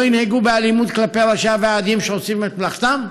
ינהגו באלימות כלפי ראשי הוועדים שעושים את מלאכתם.